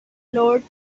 floored